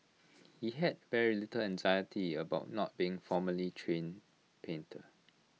he had very little anxiety about not being formally trained painter